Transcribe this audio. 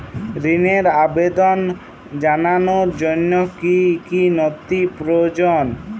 ঋনের আবেদন জানানোর জন্য কী কী নথি প্রয়োজন?